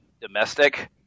domestic